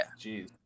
Jeez